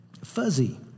Fuzzy